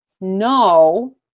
no